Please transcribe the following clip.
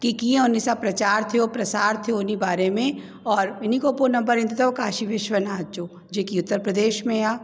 की कीअं उन सां प्रचार थियो प्रसार थियो हुन बारे में और इन खां पोइ नंबर ईंदो अथव काशी विश्वनाथ जो जेकी उत्तर प्रदेश में आहे